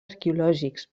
arqueològics